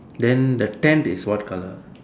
then the tent is what color